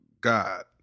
God